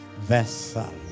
vessel